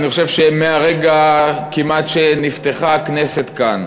אני חושב שמהרגע שנפתחה כאן הכנסת, כמעט,